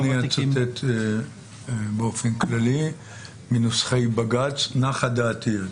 אני אצטט באופן כללי מנוסחי בג"ץ נחה דעתי.